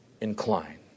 incline